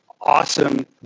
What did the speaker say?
awesome